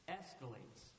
escalates